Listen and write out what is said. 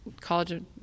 college